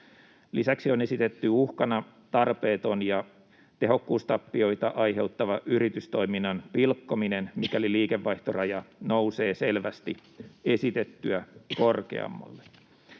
Lisäksi on esitetty uhkana tarpeeton ja tehokkuustappioita aiheuttava yritystoiminnan pilkkominen, mikäli liikevaihtoraja nousee selvästi esitettyä korkeammalle.